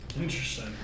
Interesting